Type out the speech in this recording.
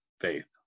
faith